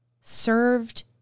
served